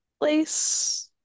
place